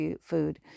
food